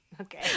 Okay